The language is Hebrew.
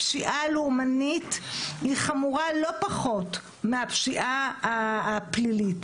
הפשיעה הלאומנית היא חמורה לא פחות מהפשיעה הפלילית,